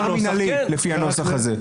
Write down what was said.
לפי הנוסח הזה.